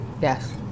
Yes